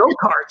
go-karts